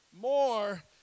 more